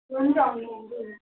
हुन्छ हुन्छ आन्टी